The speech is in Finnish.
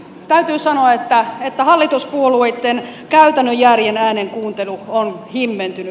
täytyy sanoa että hallituspuolueitten käytännön järjen äänen kuuntelu on himmentynyt